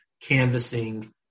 canvassing